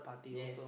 yes